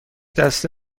دسته